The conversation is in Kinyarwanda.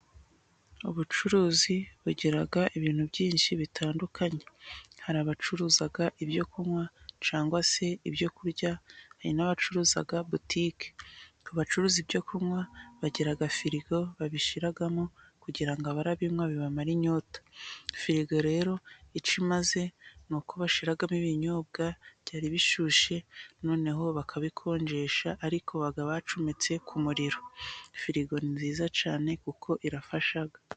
Abacuruzi bagira ibintu byinshi bitandukanye, hari abacuruza ibyo kunywa cyangwa se ibyo kurya. Hari n'abacuruza butike, abacuruza ibyo kunywa bagira firigo babishyiramo kugira ngo ababinywa bibamare inyota. Firigo rero icyo imaze ni uko bashyiramo ibinyobwa byari bishyushye, noneho bakabikonjesha, ariko baba bacometse ku muriro. Furigo ni nziza cyane kuko irafasha.